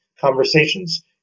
conversations